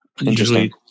Usually